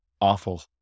awful